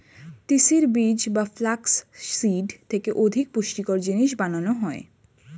তিসির বীজ বা ফ্লাক্স সিড থেকে অধিক পুষ্টিকর জিনিস বানানো হয়